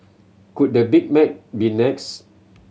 could the Big Mac be next